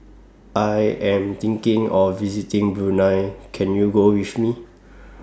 I Am thinking of visiting Brunei Can YOU Go with Me